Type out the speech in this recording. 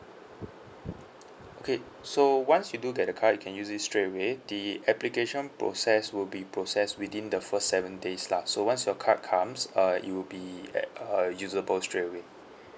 okay so once you do get the card you can use it straightaway the application process will be processed within the first seven days lah so once your card comes uh it'll be at uh usable straightaway